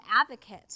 advocate